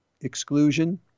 exclusion